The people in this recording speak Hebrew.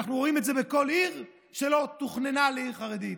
אנחנו רואים את זה בכל עיר שלא תוכננה כעיר חרדית.